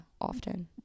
Often